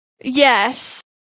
Yes